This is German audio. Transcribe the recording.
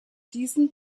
diesen